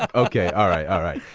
ah ok. all right. all right.